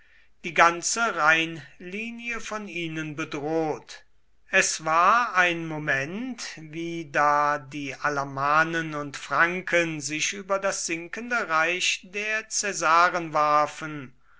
die ganze rheinlinie von ihnen bedroht es war ein moment wie da die alamannen und franken sich über das sinkende reich der caesaren warfen